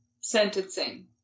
sentencing